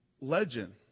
legend